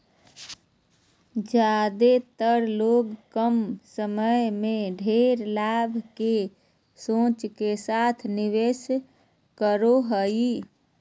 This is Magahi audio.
ज्यादेतर लोग कम समय में ढेर लाभ के सोच के साथ निवेश करो हइ